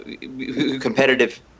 competitive